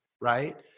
Right